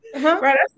right